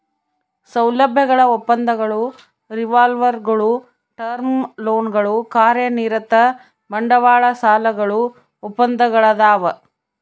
ಸೌಲಭ್ಯಗಳ ಒಪ್ಪಂದಗಳು ರಿವಾಲ್ವರ್ಗುಳು ಟರ್ಮ್ ಲೋನ್ಗಳು ಕಾರ್ಯನಿರತ ಬಂಡವಾಳ ಸಾಲಗಳು ಒಪ್ಪಂದಗಳದಾವ